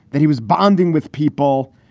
that he was bonding with people,